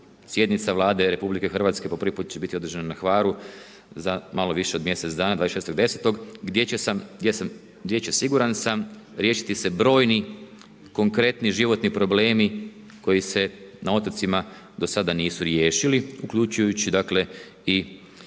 sjednica Vlade RH po prvi put će biti održana na Hvaru za malo više od mjesec dana, 26.10. gdje će, siguran sam, riješiti se brojni, konkretni životni problemi koji se na otocima do sada nisu riješili, uključujući dakle